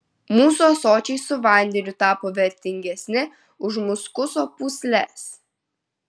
mūsų ąsočiai su vandeniu tapo vertingesni už muskuso pūsles